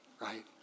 right